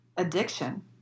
Addiction